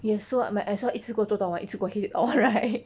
yes I might as well 一次过做到完一次过 headache all right